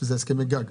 שזה הסכמי גג.